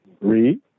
Read